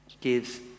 gives